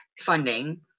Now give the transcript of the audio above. funding